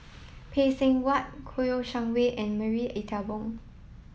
Phay Seng Whatt Kouo Shang Wei and Marie Ethel Bong